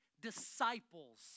disciples